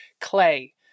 clay